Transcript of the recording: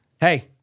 Hey